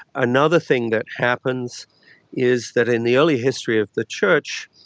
another thing that happens is that in the early history of the church,